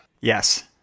Yes